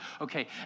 Okay